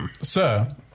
Sir